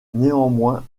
néanmoins